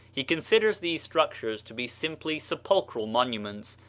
he considers these structures to be simply sepulchral monuments,